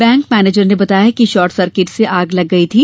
bank manager ने बताया है कि शॉट सर्किट से आग लग गई थी